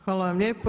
Hvala vam lijepo.